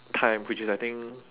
time which is I think